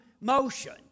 motion